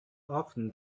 often